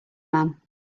man